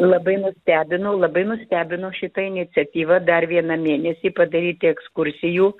labai nustebino labai nustebino šita iniciatyva dar vieną mėnesį padaryti ekskursijų